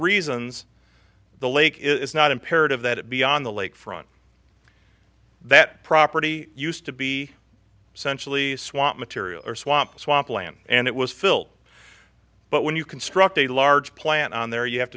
reasons the lake is not imperative that it be on the lake front that property used to be centrally swat material or swamp swamp land and it was filled but when you construct a large plant on there you have